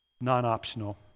non-optional